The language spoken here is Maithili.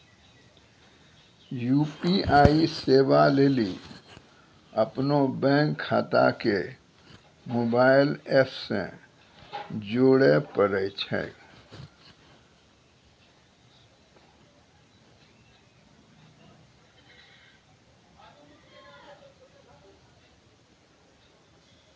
यू.पी.आई सेबा लेली अपनो बैंक खाता के मोबाइल एप से जोड़े परै छै